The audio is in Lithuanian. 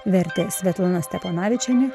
vertė svetlana steponavičienė